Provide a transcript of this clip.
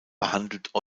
behandelt